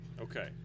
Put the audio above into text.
Okay